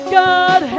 god